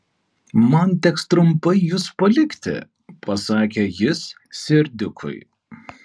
man teks trumpai jus palikti pasakė jis serdiukui